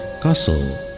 castle